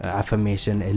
affirmation